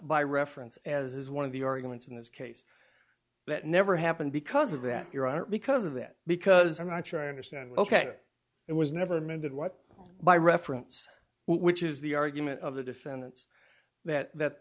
by reference as is one of the arguments in this case that never happened because of that your honor because of that because i'm not sure i understand ok it was never meant of what by reference which is the argument of the defendants that th